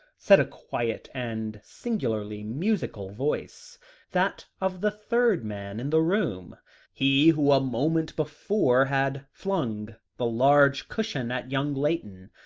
said a quiet and singularly musical voice that of the third man in the room he who a moment before had flung the large cushion at young layton.